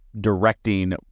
directing